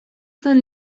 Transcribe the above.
zen